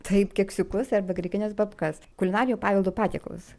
taip keksiukus arba grikines babkas kulinarinio paveldo patiekalus